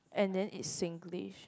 and then is Singlish